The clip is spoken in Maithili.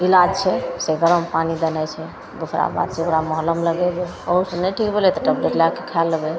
इलाज छै से गरम पानि बनैके ओकरा बाद ओकरा महलम लगेबै ओहूसे नहि ठीक भेलै तऽ टैबलेट लैके खै लेबै